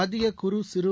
மத்திய குறு சிறு